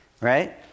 Right